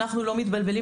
אנחנו לא מתבלבלים,